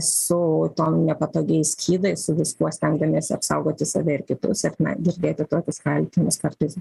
su tom nepatogiais skydais su viskuo stengdamiesi apsaugoti save ir kitus ar ne girdėti tokius kaltinimus kartais